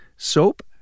Soap